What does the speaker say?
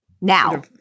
Now